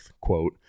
quote